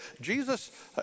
Jesus